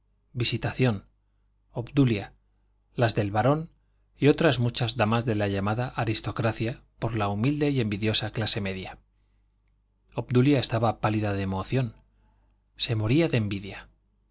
visitación obdulia las del barón y otras muchas damas de la llamada aristocracia por la humilde y envidiosa clase media obdulia estaba pálida de emoción se moría de envidia